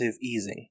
easing